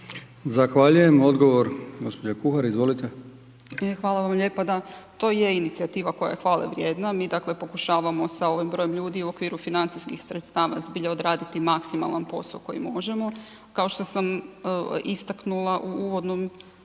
Zahvaljujem. Odgovor gospođa Kuhar. Izvolite. **Kuhar, Maja** Hvala vam lijepa. Da, to je inicijativa koja je hvale vrijedna. Mi dakle pokušavamo sa ovim brojem ljudi u okviru financijskih sredstava zbilja odraditi maksimalan posao koji možemo. Kao što sam istaknula u uvodnom